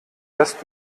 dass